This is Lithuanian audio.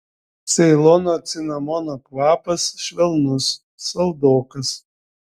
ceilono cinamono kvapas švelnus saldokas